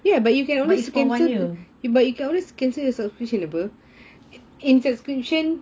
but it's for one year